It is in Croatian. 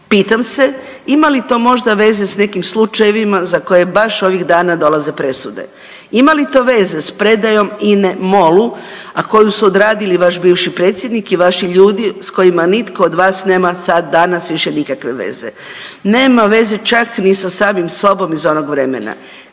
Pitam se ima li to veze s nekim slučajevima za koje baš ovih dana dolaze presude? ima li to veze s predajom INA-e MOL-u, a koju su odradili vaš bivši predsjednik i vaši ljudi s kojima nitko od vas nema sad, danas, više nikakve veze. Nema veze čak ni sa samim sobom iz onog vremena.